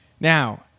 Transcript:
now